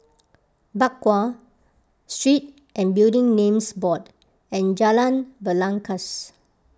Bakau Street and Building Names Board and Jalan Belangkas